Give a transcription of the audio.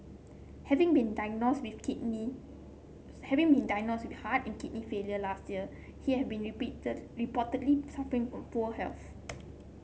having been diagnosed with kidney having been diagnosed with heart and kidney failure last year he have been repeated reportedly suffering from poor health